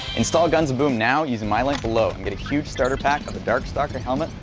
install guns of boom now using my link below and get a huge starter pack of a death stalker helmet,